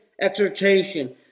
exhortation